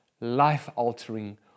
life-altering